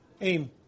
aim